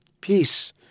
peace